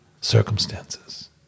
circumstances